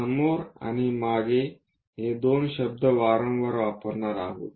समोर आणि मागे हे दोन शब्द वारंवार वापरणार आहोत